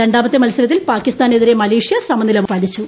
രണ്ടാമത്തെ മത്സരത്തിൽ പാകിസ്ഥാനെതിരെ മലേഷ്യ സമനില പാലിച്ചു